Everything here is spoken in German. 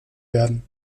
werden